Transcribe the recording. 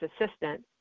assistant